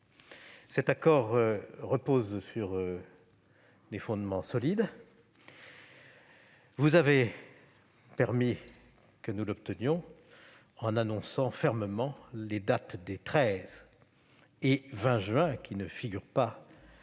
Cet accord repose sur des fondements solides. Vous avez permis que nous l'obtenions, madame la ministre, en annonçant fermement les dates des 13 et 20 juin, qui ne figurent pas